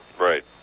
Right